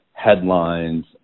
headlines